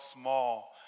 small